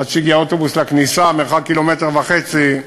עד שהגיע אוטובוס לכניסה, מרחק קילומטר וחצי,